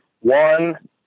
one